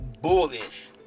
bullish